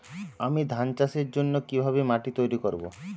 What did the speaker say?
আমি ধান চাষের জন্য কি ভাবে মাটি তৈরী করব?